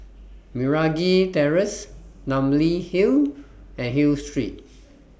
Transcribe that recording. Meragi Terrace Namly Hill and Hill Street